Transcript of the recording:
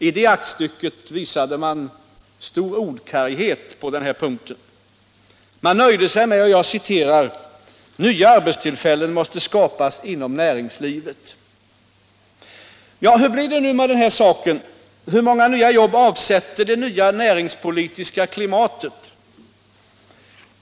I det aktstycket visade man stor ordkarghet på den här punkten. Man nöjde sig med att säga: ”Nya arbetstillfällen måste skapas inom näringslivet.” Hur blir det då med den saken? Hur många nya jobb avsätter det nya näringspolitiska klimatet?